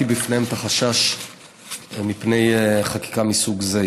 הבעתי בפניהם את החשש מפני חקיקה מסוג זה,